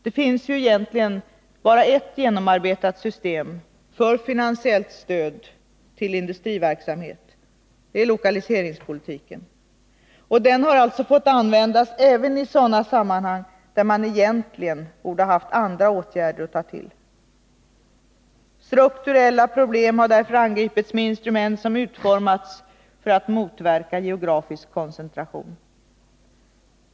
Det finns egentligen bara ett genomarbetat system för finansiellt stöd till industriverksamhet: lokaliseringspolitiken. Och den har alltså fått användas även i sådana sammanhang där man egentligen borde ha haft andra åtgärder att ta till. Strukturella problem har därför angripits med instrument som utformats för att motverka geografisk koncentration.